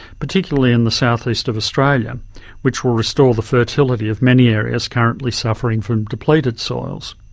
particularly in the south east of australia which will restore the fertility of many areas currently suffering from depleted soils.